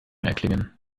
erklingen